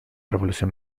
revolución